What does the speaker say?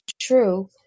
true